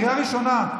קריאה ראשונה.